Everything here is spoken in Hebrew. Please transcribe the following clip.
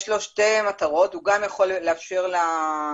יש לו שתי מטרות - הוא גם יכול לאפשר ללקוח